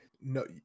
No